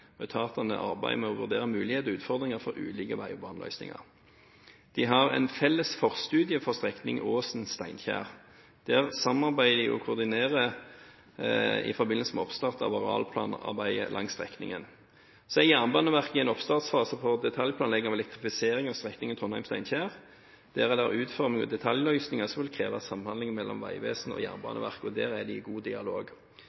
og etatene arbeider med å vurdere muligheter og utfordringer for ulike vei- og baneløsninger. Vegvesenet og Jernbaneverket har en felles forstudie for strekningen Åsen–Steinkjer, med samarbeid og koordinering i forbindelse med oppstart av arealplanarbeidet langs strekningen. Så er Jernbaneverket i oppstartsfasen for detaljplanlegging av elektrifisering av strekningen Trondheim–Steinkjer. Utforming av detaljløsninger vil kreve samhandling mellom Vegvesenet og